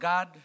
God